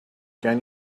can